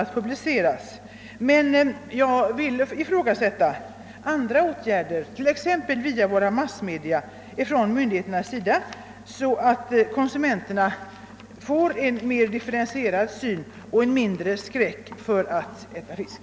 Men jag ifrågasätter om: det inte :behöver vidtagas också andra åtgärder, exempelvis information via våra massmedia från myndigheternas sida,:så 'att. konsumenterna får en mera differentierad syn på saken och inte känner denna skräck för att äta fisk.